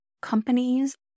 Companies